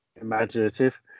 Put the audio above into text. imaginative